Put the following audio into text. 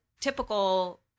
typical